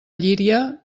llíria